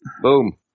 Boom